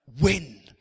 win